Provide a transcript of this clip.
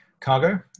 cargo